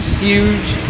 huge